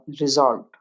resolved